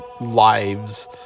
lives